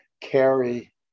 carry